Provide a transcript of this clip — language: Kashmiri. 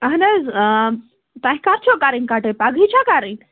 اہن حظ تۄہہِ کَر چھو کَرٕنۍ کَٹٲے پگہٕے چھو کرٕنۍ